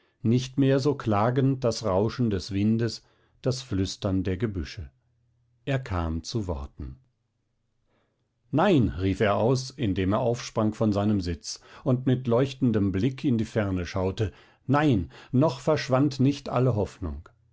nicht mehr so klagend das rauschen des windes das flüstern der gebüsche er kam zu worten nein rief er aus indem er aufsprang von seinem sitz und mit leuchtendem blick in die ferne schaute nein noch verschwand nicht alle hoffnung